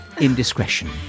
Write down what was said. Indiscretion